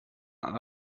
alle